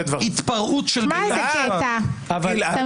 בגלל זה רציתי לדעת מה המספרים.